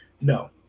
No